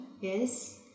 yes